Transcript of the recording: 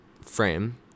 frame